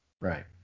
Right